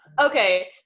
Okay